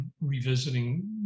revisiting